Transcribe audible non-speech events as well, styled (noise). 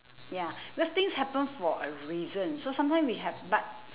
ya (breath) because things happen for a reason so sometimes we have but